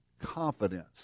confidence